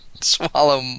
Swallow